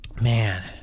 Man